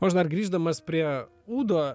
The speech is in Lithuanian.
o aš dar grįždamas prie udo